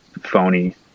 phony